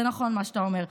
זה נכון מה שאתה אומר.